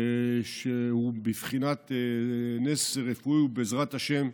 שהוא בבחינת נס רפואי, ובעזרת השם,